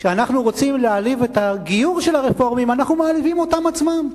כשאנחנו רוצים להעליב את הגיור של הרפורמים אנחנו מעליבים אותם עצמם.